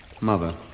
Mother